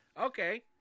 Okay